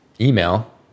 email